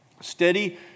steady